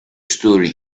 story